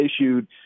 issued